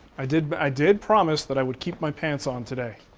i did but i did promise that i would keep my pants on today.